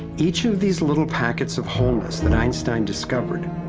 each of these little packets of wholeness that einstein discovered,